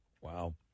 Wow